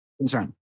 concern